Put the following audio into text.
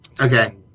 Okay